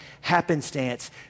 happenstance